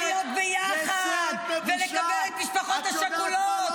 להיות ביחד ולקבל את המשפחות השכולות.